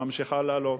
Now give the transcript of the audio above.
ממשיכה לעלות.